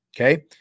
Okay